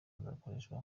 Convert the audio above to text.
akazakoreshwa